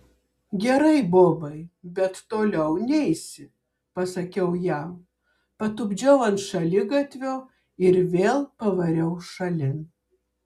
gerai bobai bet toliau neisi pasakiau jam patupdžiau ant šaligatvio ir vėl pavariau šalin